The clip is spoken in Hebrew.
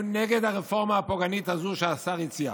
נגד הרפורמה הפוגענית הזו שהשר הציע.